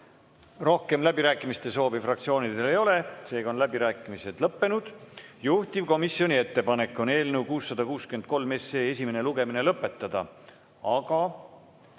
Rohkem läbirääkimiste soovi fraktsioonidel ei ole, seega on läbirääkimised lõppenud. Juhtivkomisjoni ettepanek on eelnõu 663 esimene lugemine lõpetada. Aga